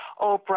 Oprah